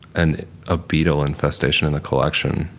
and a beetle infestation in the collection.